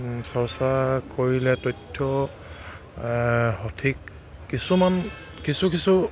চৰ্চা কৰিলে তথ্য সঠিক কিছুমান কিছু কিছু